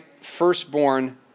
firstborn